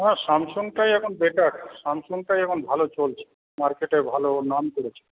হ্যাঁ স্যামসাংটাই এখন বেটার স্যামসাংটাই এখন ভালো চলছে মার্কেটে ভালো নাম করেছে